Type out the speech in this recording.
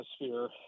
atmosphere